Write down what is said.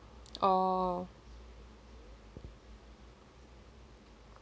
oh